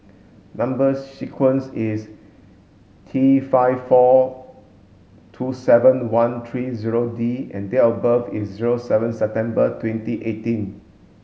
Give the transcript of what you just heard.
number sequence is T five four two seven one three zero D and date of birth is zero seven September twenty eighteen